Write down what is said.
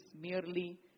merely